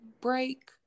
break